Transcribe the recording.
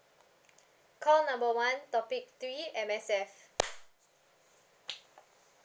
call number one topic three M_S_F